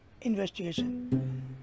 investigation